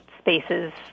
spaces